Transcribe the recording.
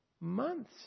months